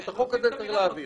את החוק הזה צריך להעביר.